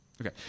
Okay